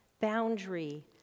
boundary